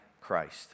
Christ